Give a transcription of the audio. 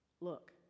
look